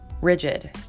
rigid